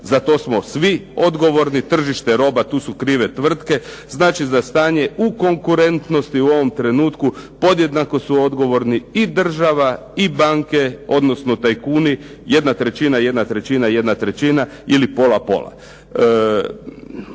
za to smo svi odgovorni. Tržište roba, tu su krive tvrtke. Znači za stanje u konkurentnosti u ovom trenutku podjednako su odgovorni i država, i banke, odnosno tajkuni, jedna trećina, jedna trećina, jedna trećina ili pola pola.